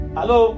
Hello